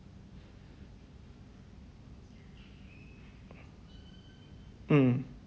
mm